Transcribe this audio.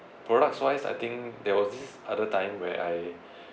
products wise I think there was this other time where I